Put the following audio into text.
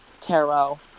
tarot